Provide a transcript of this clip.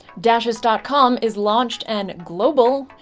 dashous dot com is launched and global,